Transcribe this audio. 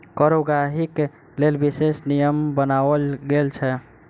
कर उगाहीक लेल विशेष नियम बनाओल गेल छै